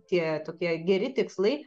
tie tokie geri tikslai